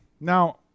Now